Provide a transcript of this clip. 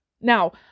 Now